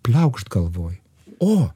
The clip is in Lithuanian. pliaukšt galvoj o